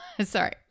Sorry